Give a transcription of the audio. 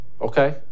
Okay